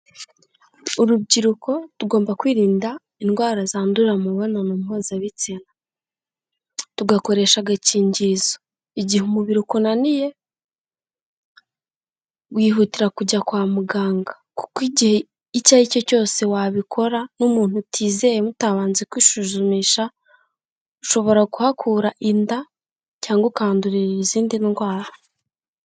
Urubyiruko tugomba kwirinda indwara zandurira mu mibonano mpuzabitsina, tugakoresha agakingirizo, igihe umubiri ukunaniye wihutira kujya kwa muganga kuko igihe icyo aricyo cyose wabikora n'umuntu utizeye mutabanje kwisuzumisha ushobora kuhakura inda cyangwa ukahandurira izindi ndwara.